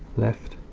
left!